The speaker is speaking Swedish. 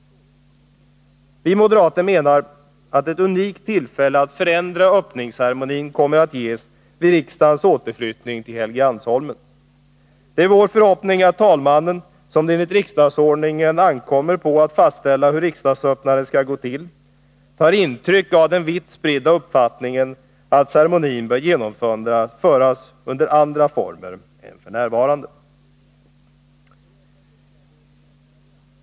Vi moderater menar att ett unikt tillfälle att förändra öppningsceremonin kommer att ges vid riksdagens återflyttning till Helgeandsholmen. Det är vår förhoppning att talmannen, som det enligt riksdagsordningen ankommer på att fastställa hur riksdagsöppnandet skall gå till, tar intryck av den vitt spridda uppfattningen att ceremonin bör genomföras under andra former än vad som f. n. är fallet.